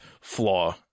flaw